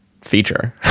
feature